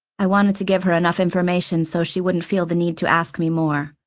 i wanted to give her enough information so she wouldn't feel the need to ask me more.